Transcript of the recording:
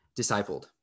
discipled